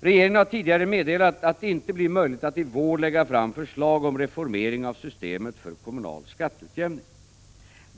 Regeringen har tidigare meddelat att det inte blir möjligt att i vår lägga fram försl: g om reformering av systemet för kommunal skatteutjämning.